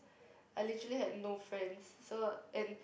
I literally had no friends so and